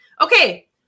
okay